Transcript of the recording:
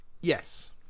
Yes